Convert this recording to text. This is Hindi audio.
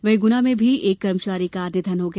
वहीं गुना में भी एक कर्मचारी का निधन हो गया